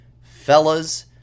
Fellas